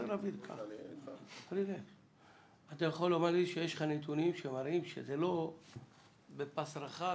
אתה יכול לפרוס בפנינו נתונים שמראים שזה לא בפס רחב?